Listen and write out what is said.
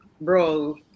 bro